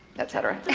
et cetera.